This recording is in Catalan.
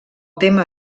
tema